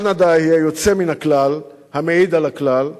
קנדה היא היוצא מן הכלל המעיד על הכלל,